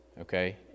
okay